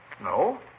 No